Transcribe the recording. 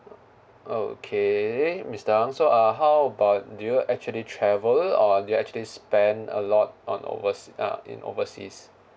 okay mister ang so uh how about do you actually travel or do you actually spend a lot on oversea~ uh in overseas